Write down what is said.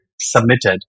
submitted